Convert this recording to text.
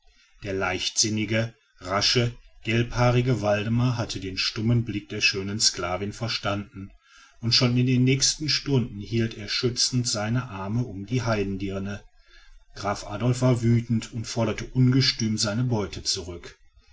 der leichtsinnige rasche gelbhaarige waldemar hatte den stummen blick der schönen sklavin verstanden und schon in den nächsten stunden hielt er schützend seinen arm um die heidendirne graf adolf war wütend und forderte ungestüm seine beute zurück